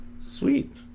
Sweet